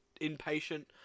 impatient